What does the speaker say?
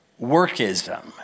workism